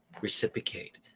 reciprocate